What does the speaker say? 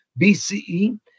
BCE